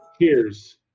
cheers